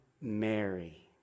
Mary